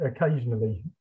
occasionally